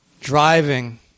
Driving